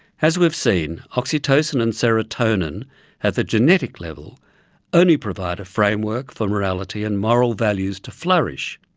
as we have seen, oxytocin and serotonin at the genetic level only provide a framework for morality and moral values to flourish.